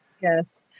yes